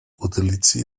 utilitzi